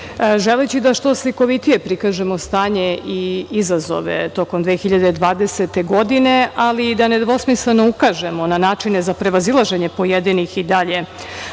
obimu. Želeći da što slikovitije prikažemo stanje i izazove tokom 2020. godine, ali da nedvosmisleno ukažemo na načine za prevazilaženje pojedinih i dalje